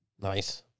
Nice